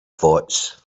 thoughts